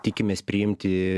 tikimės priimti